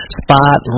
spot